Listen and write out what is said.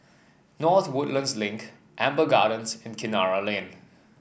North Woodlands Link Amber Gardens and Kinara Lane